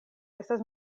estas